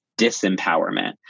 disempowerment